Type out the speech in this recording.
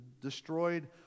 destroyed